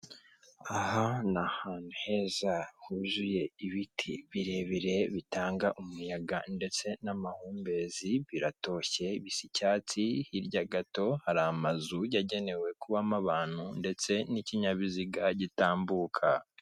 Aha ni ahantu heza huzuye ibiti birebire bitanga umuyaga ndetse n'amahumbezi, biratoshye bisa icyatsi, hirya gato hari amazu yagenewe kubamo abantu ndetse n'ikinyabiziga gitambuka.